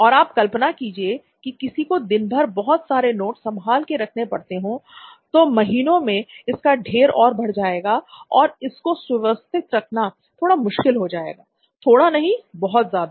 और आप कल्पना कीजिए कि किसी को दिनभर बहुत सारे नोट्स संभाल के रखने पड़ते हो तो महीनों में इनका ढेर और बढ़ जाएगा फिर इनको सुव्यवस्थित रखना थोड़ा मुश्किल हो जाएगा थोड़ा नहीं बल्कि बहुत ज्यादा